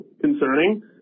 concerning